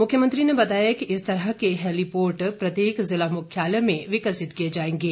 मुख्यमंत्री ने बताया कि इस तरह के हैलीपोर्ट प्रत्येक ज़िला मुख्यालय में विकसित किए जाएंगे